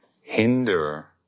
hinder